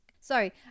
sorry